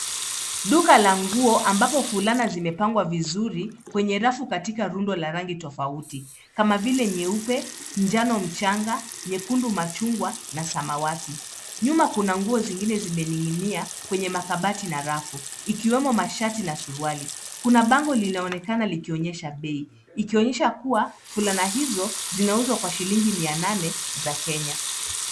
Duka la nguo ambapo fulana zimepangwa vizuri kwenye rafu katika rundo la rangi tofauti kama vile nyeupe, njano mchanga, nyekundu machungwa na samawati. Nyuma kuna nguo zingine zimening'inia kwenye makabati na rafu ikiwemo mashati na suruali. Kuna bango linaonekana likionyesha bei, ikionyesha kuwa fulana hizo zinauzwa kwa shilingi mia nane za Kenya.